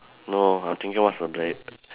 no I'm thinking what's the bla~